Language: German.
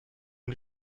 die